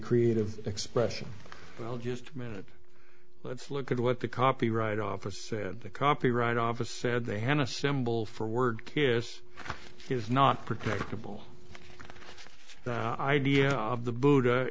creative expression well just a minute let's look at what the copyright office said the copyright office said they had a symbol for word kiss is not protect the ball idea of the buddha